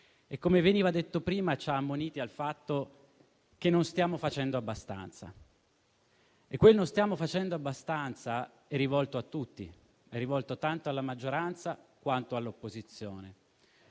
- come veniva detto prima - sul fatto che non stiamo facendo abbastanza. Quel «non stiamo facendo abbastanza» è rivolto a tutti, tanto alla maggioranza quanto all'opposizione.